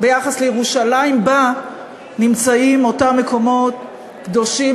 ביחס לירושלים שבה נמצאים אותם מקומות קדושים,